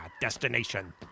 destination